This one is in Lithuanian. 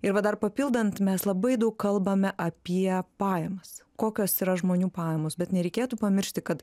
ir va dar papildant mes labai daug kalbame apie pajamas kokios yra žmonių pajamos bet nereikėtų pamiršti kad